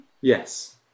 Yes